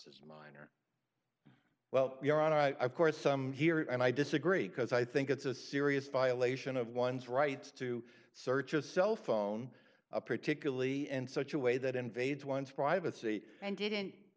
this is well you're on i've course some here and i disagree because i think it's a serious violation of one's right to search a cell phone a particularly in such a way that invades one's privacy and didn't